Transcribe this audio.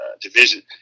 Division